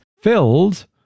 filled